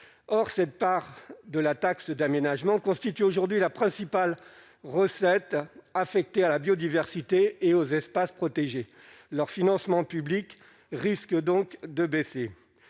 or cette part de la taxe d'aménagement constitue aujourd'hui la principale recette affectée à la biodiversité et aux espaces protégés leur financement public risque donc de baisser